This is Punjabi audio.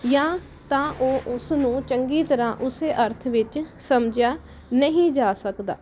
ਜਾਂ ਤਾਂ ਉਹ ਉਸ ਨੂੰ ਚੰਗੀ ਤਰ੍ਹਾਂ ਉਸ ਅਰਥ ਵਿੱਚ ਸਮਝਿਆ ਨਹੀਂ ਜਾ ਸਕਦਾ ਪਰ